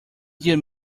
dear